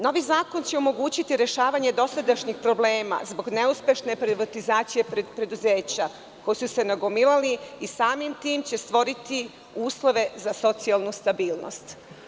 Novi zakon će omogućiti rešavanje do sadašnjih problema zbog neuspešne privatizacije preduzeća, koji su se nagomilali i samim tim će stvoriti uslove za socijalnu stabilnost.